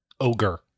ogre